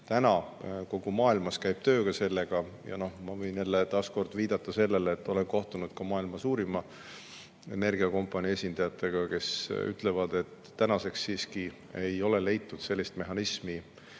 Täna kogu maailmas käib töö sellega. Ma võin jälle viidata sellele, et olen kohtunud maailma suurima energiakompanii esindajatega, kes ütlevad, et tänaseks siiski ei ole leitud sellist mehhanismi,